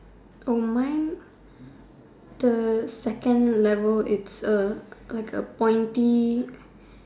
mine the second level it's a like a pointy